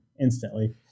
instantly